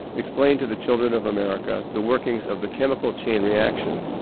explained to the children of america the workings of the chemical chain reaction.